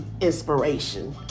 inspiration